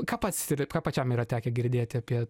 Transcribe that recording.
ką pats tyri ką pačiam yra tekę girdėti apie